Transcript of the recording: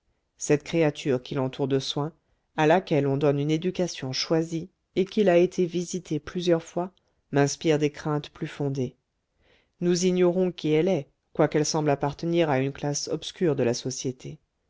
cette créature qu'il entoure de soins à laquelle on donne une éducation choisie et qu'il a été visiter plusieurs fois m'inspire des craintes plus fondées nous ignorons qui elle est quoiqu'elle semble appartenir à une classe obscure de la société